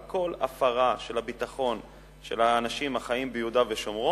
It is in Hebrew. על כל הפרת ביטחון של האנשים החיים ביהודה ושומרון,